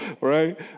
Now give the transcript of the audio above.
right